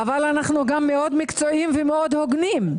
אבל גם אנחנו מאוד מקצועיים ומאוד הוגנים.